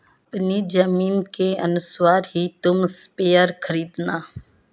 अपनी जमीन के अनुसार ही तुम स्प्रेयर खरीदना